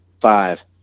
five